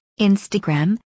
Instagram